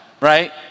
right